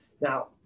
Now